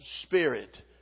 spirit